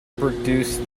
produce